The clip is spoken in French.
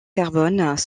carbone